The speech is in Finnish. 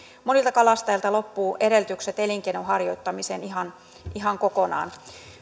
monilta kalastajilta loppuvat edellytykset elinkeinon harjoittamiseen ihan ihan kokonaan